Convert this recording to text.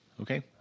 Okay